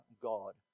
God